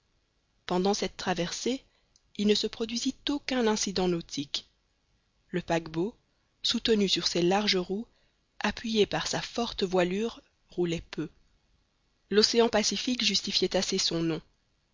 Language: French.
pendant cette traversée il ne se produisit aucun incident nautique le paquebot soutenu sur ses larges roues appuyé par sa forte voilure roulait peu l'océan pacifique justifiait assez son nom